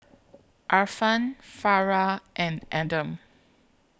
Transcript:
Irfan Farah and Adam